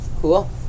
Cool